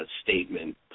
statement